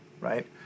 right